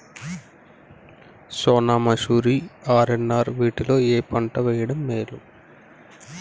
సోనా మాషురి కి ఆర్.ఎన్.ఆర్ వీటిలో ఏ పంట వెయ్యడం మేలు?